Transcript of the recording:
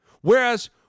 Whereas